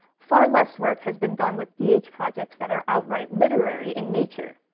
far less work has been done with dh projects that are outright literary in nature,